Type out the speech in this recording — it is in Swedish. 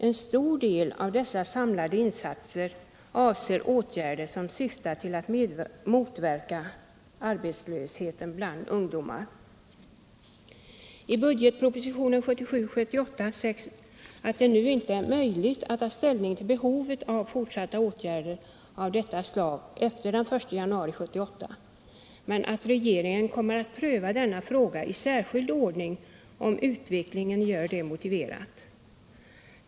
En stor del av dessa samlade insatser avser åtgärder som syftar till att motverka arbetslösheten bland ungdomar. I budgetpropositionen 1977/78 sägs att det nu inte är möjligt att ta ställning till behovet av fortsatta åtgärder av detta slag efter den 1 januari 1978 men att regeringen kommer att pröva denna fråga i särskild ordning om utvecklingen gör det motiverat.